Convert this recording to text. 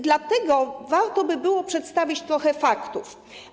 Dlatego warto by było przedstawić trochę faktów.